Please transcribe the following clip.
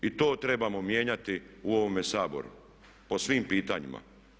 I to trebamo mijenjati u ovome Saboru po svim pitanjima.